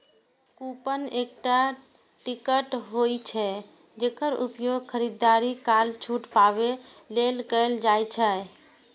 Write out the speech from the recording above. coupon एकटा ticket होइ छै, जेकर उपयोग खरीदारी काल छूट पाबै लेल कैल जाइ छै